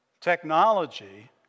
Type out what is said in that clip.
technology